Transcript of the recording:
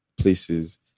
Places